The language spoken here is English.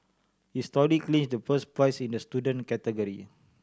his story clinched the first prize in the student category